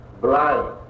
blind